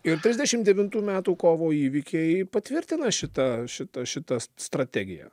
ir trisdešim devintų metų kovo įvykiai patvirtina šitą šitą šitą strategiją